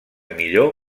millor